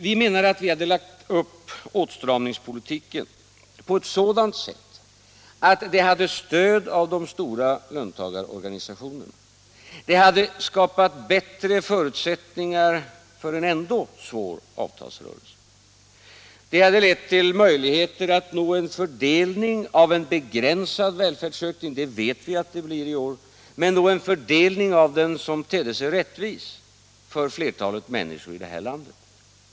Vi menar att vi hade lagt upp åtstramningspolitiken på ett sådant sätt att vi hade stöd av de stora löntagarorganisationerna. Vårt förslag hade skapat bättre förutsättningar för en ändå svår avtalsrörelse. Det hade lett till möjligheter att nå en fördelning av en begränsad välfärdsökning —- det vet vi att det blir i år — som hade tett sig rättvis för flertalet människor i vårt land.